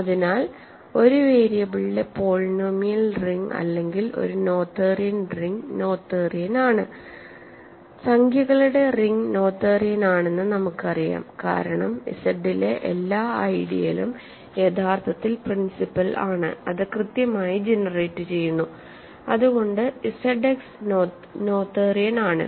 അതിനാൽ ഒരു വേരിയബിളിലെ പോളിനോമിയൽ റിംഗ് അല്ലെങ്കിൽ ഒരു നോഥേറിയൻ റിംഗ് നോതെറിയൻ ആണ് സംഖ്യകളുടെ റിംഗ് നോതേറിയൻ ആണെന്ന് നമുക്കറിയാം കാരണം ഇസഡിലെ എല്ലാ ഐഡിയലും യഥാർത്ഥത്തിൽ പ്രിൻസിപ്പൽ ആണ് അത് കൃത്യമായി ജനറേറ്റുചെയ്യുന്നു അതുകൊണ്ട് ഇസഡ് എക്സ് നോതേറിയൻ ആണ്